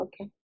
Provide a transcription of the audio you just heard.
Okay